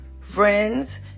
friends